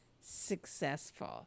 successful